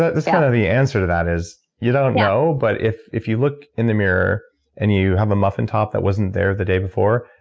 that's the kind of the answer to that is you don't know, but if if you look in the mirror and you have a muffin top that wasn't there the day before,